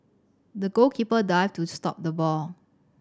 the goalkeeper dived to stop the ball